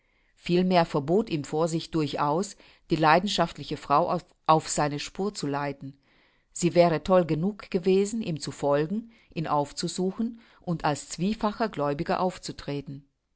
vielmehr verbot ihm vorsicht durchaus die leidenschaftliche frau auf seine spur zu leiten sie wäre toll genug gewesen ihm zu folgen ihn aufzusuchen und als zwiefacher gläubiger aufzutreten